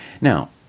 Now